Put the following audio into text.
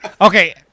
Okay